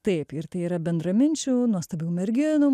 taip ir tai yra bendraminčių nuostabių merginų